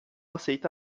aceita